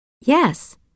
Yes